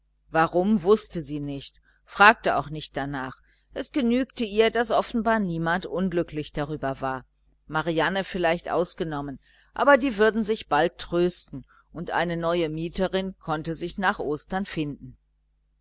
warum wußte sie nicht fragte auch nicht darnach es genügte ihr daß offenbar niemand unglücklich darüber war marianne vielleicht ausgenommen aber die würde sich bald trösten und eine neue mieterin konnte sich nach ostern finden